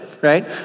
right